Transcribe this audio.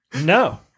no